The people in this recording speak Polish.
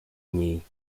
niej